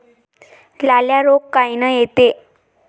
लाल्या रोग कायनं येते?